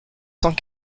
cent